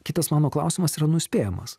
kitas mano klausimas yra nuspėjamas